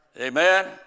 Amen